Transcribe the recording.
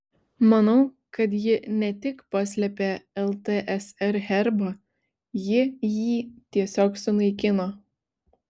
manau kad ji ne tik paslėpė ltsr herbą ji jį tiesiog sunaikino